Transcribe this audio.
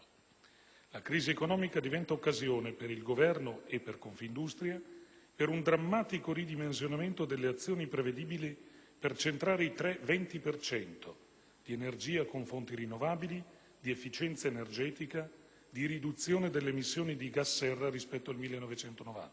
La crisi economica diventa occasione, per il Governo e per Confindustria, per un drammatico ridimensionamento delle azioni prevedibili per centrare i tre «20 per cento»: di energia con fonti rinnovabili, di efficienza energetica, di riduzione delle emissioni di gas serra rispetto ai 1990.